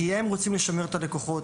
כי הם רוצים לשמר את הלקוחות.